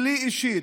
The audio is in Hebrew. שלי אישית,